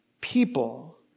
people